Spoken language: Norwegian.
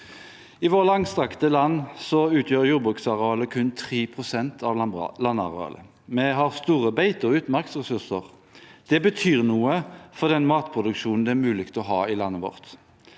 I vårt langstrakte land utgjør jordbruksarealet kun 3 pst. av landarealet, men vi har store beite- og utmarksressurser. Det betyr noe for den matproduksjonen det er mulig å ha i landet vårt.